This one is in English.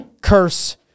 curse